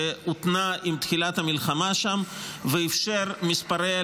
שהותנע עם תחילת המלחמה שם ואפשר מספרי